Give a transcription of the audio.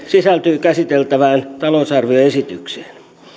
sisältyy käsiteltävään talousarvioesitykseen